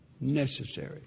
necessary